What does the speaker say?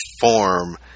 form